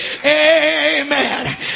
Amen